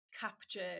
capture